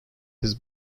his